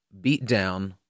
beatdown